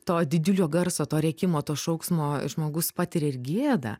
to didžiulio garso to rėkimo to šauksmo žmogus patiria ir gėda